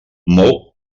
molt